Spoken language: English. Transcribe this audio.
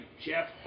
Jeff